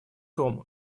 том